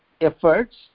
efforts